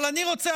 אבל אני רוצה,